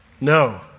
No